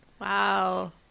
Wow